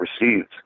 receives